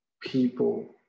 People